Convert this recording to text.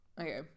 Okay